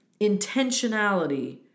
intentionality